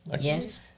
Yes